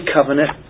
Covenant